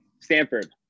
Stanford